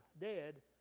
dead